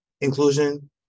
inclusion